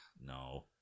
no